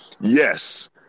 Yes